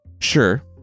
Sure